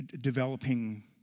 developing